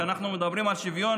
כשאנחנו מדברים על שוויון,